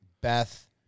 Beth